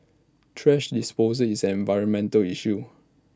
thrash disposal is an environmental issue